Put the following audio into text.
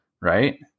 right